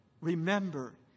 Remember